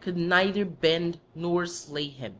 could neither bend nor slay him